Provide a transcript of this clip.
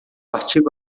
artigo